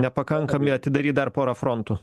nepakankami atidaryt dar porą frontų